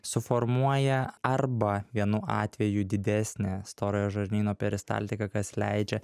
suformuoja arba vienu atveju didesnę storojo žarnyno peristaltiką kas leidžia